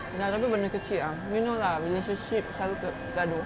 banyak gaduh benda kecil ah you know lah relationship selalu gaduh